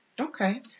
Okay